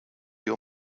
your